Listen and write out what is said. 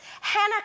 Hannah